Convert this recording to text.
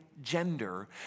gender